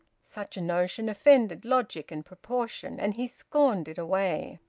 such a notion offended logic and proportion, and he scorned it away.